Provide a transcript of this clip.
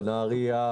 נהריה,